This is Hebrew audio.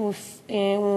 אני